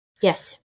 Yes